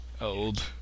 Old